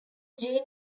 gene